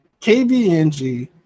KBNG